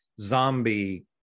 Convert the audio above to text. zombie